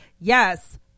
yes